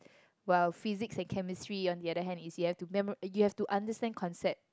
while physics and chemistry on the other hand is you have to memorise you have to understand concepts